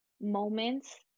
moments